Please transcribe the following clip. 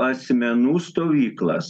asmenų stovyklas